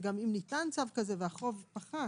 ואם ניתן צו כזה והחוב פחת